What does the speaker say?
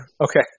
Okay